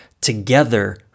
Together